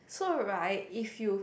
so right if you